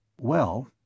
Well